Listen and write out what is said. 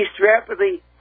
rapidly